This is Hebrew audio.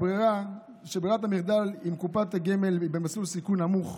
שברירת המחדל בקופת הגמל היא במסלול סיכון נמוך.